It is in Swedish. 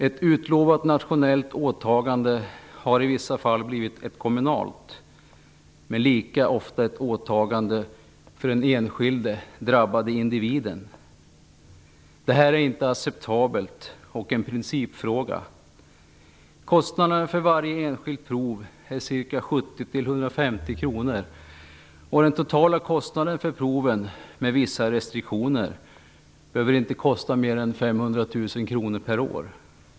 Ett utlovat nationellt åtagande har i vissa fall blivit ett kommunalt, men lika ofta ett åtagande för den drabbade enskilde individen. Det här är inte acceptabelt. Det är en principfråga. Kostnaden för varje enskilt prov är 70-150 kr, och den totala kostnaden för proven, med vissa restriktioner, behöver inte uppgå till mer än 500 000 kr per år.